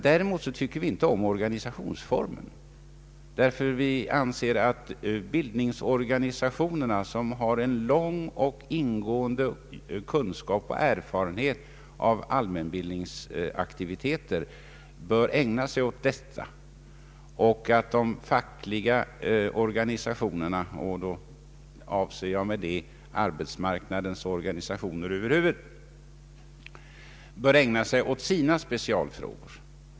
Däremot tycker vi inte om den föreslagna organisationsformen, ty vi anser att bildningsorganisationerna, som har lång och ingående kunskap och erfarenhet av allmänbildningsaktiviteter, bör ägna sig åt dessa och att de fackliga organisationerna — då avser jag arbetsmarknadens organisationer över huvud taget — bör ägna sig åt sina specialfrågor.